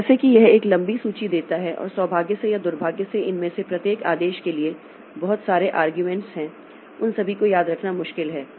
तो जैसे कि यह एक लंबी सूची देता है और सौभाग्य से या दुर्भाग्य से इनमें से प्रत्येक आदेश के लिए बहुत सारे ऐसे आर्ग्यूमेंट्स हैं उन सभी को याद रखना बहुत मुश्किल है